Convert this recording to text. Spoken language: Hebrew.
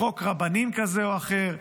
בחוק רבנים כזה או אחר,